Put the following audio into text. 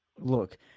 look